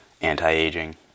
Anti-aging